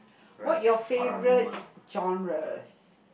what your favourite genres